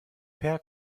per